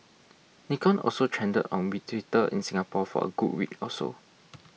Nikon also trended on we Twitter in Singapore for a good week or so